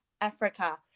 Africa